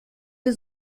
wir